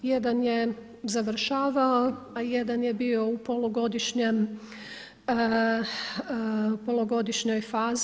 Jedan je završava, a jedan je bio u polugodišnjoj fazi.